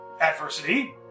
adversity